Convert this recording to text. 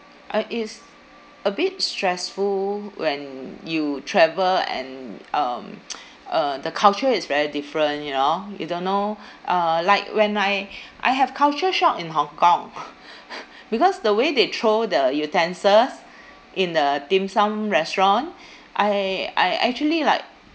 uh is a bit stressful when you travel and um uh the culture is very different you know you don't know uh like when I I have culture shock in hong kong because the way they throw the utensils in the dim sum restaurant I I actually like